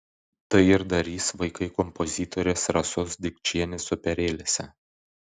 tai ir darys vaikai kompozitorės rasos dikčienės operėlėse